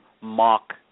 mock